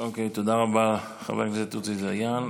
תודה רבה, חבר הכנסת עוזי דיין.